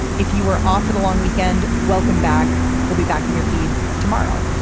if you were offered a long weekend. welcome back. we'll be back in your feed tomorrow